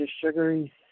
sugary